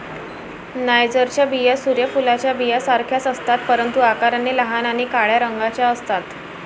नायजरच्या बिया सूर्य फुलाच्या बियांसारख्याच असतात, परंतु आकाराने लहान आणि काळ्या रंगाच्या असतात